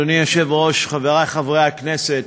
אדוני היושב-ראש, חברי חברי הכנסת,